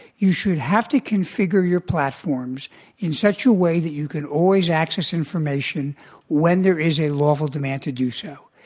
you should have to configure your platforms in such a way that you can always access information when there is a lawful demand to do so.